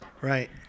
Right